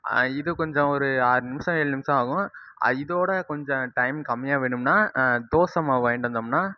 இது கொஞ்சம் ஒரு ஆறு நிமிஷம் ஏழு நிமிஷம் ஆகும் இதோட கொஞ்சம் டைம் கம்மியாக வேணும்னா தோசை மாவு வாங்கிகிட்டு வந்தோம்னா